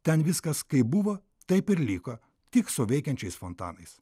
ten viskas kaip buvo taip ir liko tik su veikiančiais fontanais